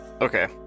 okay